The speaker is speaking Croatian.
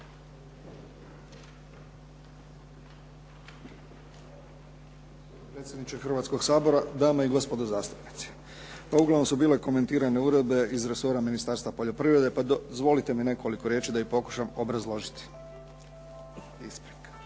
Hrvatskog sabora, dame i gospodo zastupnici. Pa uglavnom su bile komentirane uredbe iz resora Ministarstva poljoprivrede, pa dozvolite mi nekoliko riječi da ih pokušam obrazložiti. Ove